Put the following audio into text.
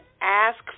ask